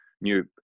new